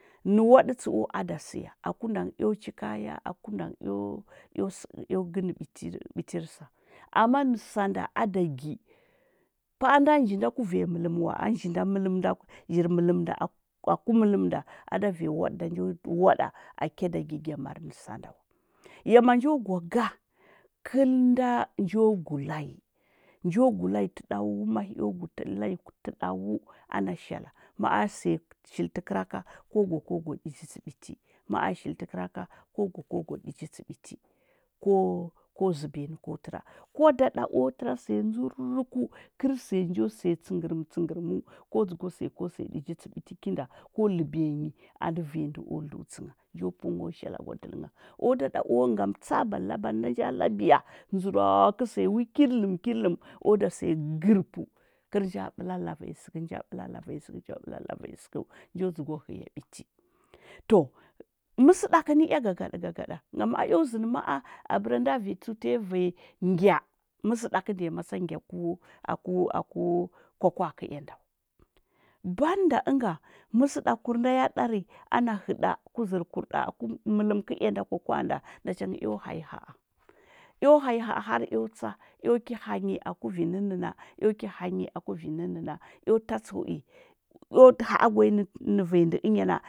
Nɚ waɗɚ tsɚu ada siya aku nda ngɚ eo chi kaya aku nda ngɚ eo ɚgnɚ ɓitir sa, ama nɚ sanda ada gi paanda nji nda ku vanya mɚlɚm wa ada vanyi waɗɚ da njo waɗa a kyaɗagi gya mar nda wa ya manjo gwa ga, kɚl nda njo gu layi njo gu layi tɚɗu, mahio gu tɚ layi tɚɗau ana shala ma’a siya shili tɚr kɚraka ko gwa ko gwa ɗÿi tsɚ biti, ma shili tɚ kɚraka ko gwa ko gwa ɗiji tsɚ ɓiti ko zɚbiya ni o tɚra, kwahɗa o siya ndzɚrokau kɚl siya njo siya tsɚngrɚmɚ tsɚngrɚmɚu ko dzɚgwa siya ko siya ɗiji tsɚ ɓiti kinda ko lɚbiya nyi anɚ vanyi ndɚu o dlɚutsɚ ngha, njo pɚu ngho shala gwadɚlɚ ngha o da ɗa o ngam tsabar labale, nda nja labiya ndzudo kɚu siya wi kiɗ ɚlɚm kiɗɚlɚm o da siya gɚrɚpɚu kɚr nja ɓɚla la vanyi sɚkɚ nja ɓɚla la vanyi sɚkɚu njo dzɚgwa hɚya ɓiti to, mɚsɚdakɚ ni ea gagaɗa gagaɗa ngam a eo zɚndi ma’a bɚra nda, tsu’u tanyi vanyi ngya mɚsɚɗakɚ biyama tsa ngyaku aku kwakwa’a kɚ ea nda wa bando ɚnga, mɚsɚɗakur nda ya ɗari ana hɚɗa ku zɚrkur ɗa aku mɚlɚm kɚ ea nda, kwakwaa nda nachangɚ eo hanyi ha’a ɛo hanyi ha’a har eo tsa eo ki hanyi aku vi nɚnnɚna, eo ki hanyi aku vi nɚnnɚna a tastɚ uhi eo ha’agwanyi nɚ vanya ndɚ ɚnya na.